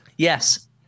Yes